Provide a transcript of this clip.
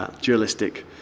dualistic